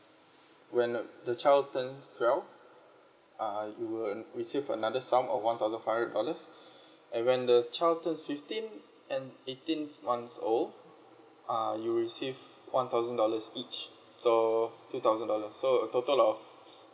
when uh the child turns twelve uh you will receive another sum of one thousand five hundred dollars and when the child turns fifteen and eighteen months old uh you'll receive one thousand dollars each so two thousand dollars so a total of